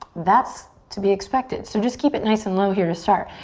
that's to be expected. so just keep it nice and low here to start.